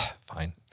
Fine